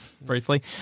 briefly